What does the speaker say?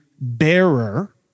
bearer